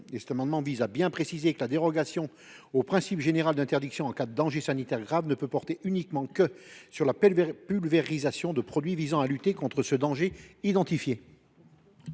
Cet amendement de repli vise à bien préciser que la dérogation au principe général d’interdiction en cas de danger sanitaire grave ne peut porter que sur la pulvérisation de produits visant à lutter contre ce danger identifié.